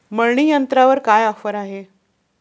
मळणी यंत्रावर काय ऑफर आहे?